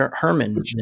Herman